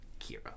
Kira